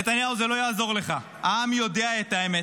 נתניהו, זה לא יעזור לך, העם יודע את האמת.